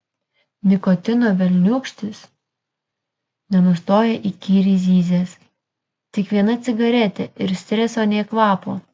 nikotino velniūkštis nenustoja įkyriai zyzęs tik viena cigaretė ir streso nė kvapo